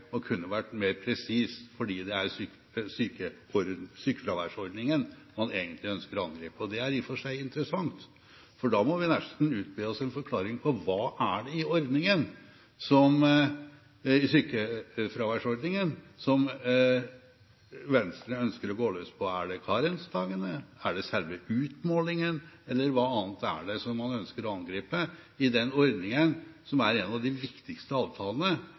er sykefraværsordningen man egentlig ønsker å angripe. Det er i og for seg interessant, for da må vi nesten utbe oss en forklaring på hva det er i sykefraværsordningen Venstre ønsker å gå løs på. Er det karensdagene, er det selve utmålingen, eller hva annet er det man ønsker å angripe i den ordningen som er en av de viktigste avtalene